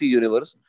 universe